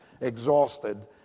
exhausted